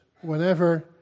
whenever